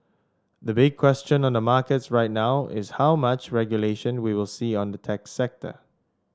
the big question on the markets right now is how much regulation we will see on the tech sector